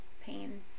pain